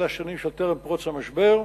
אלה השנים של טרם פרוץ המשבר.